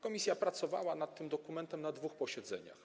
Komisja pracowała nad tym dokumentem na dwóch posiedzeniach.